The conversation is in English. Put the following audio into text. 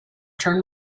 turned